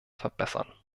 verbessern